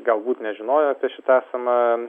galbūt nežinojo apie šitą esamą